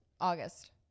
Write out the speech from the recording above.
August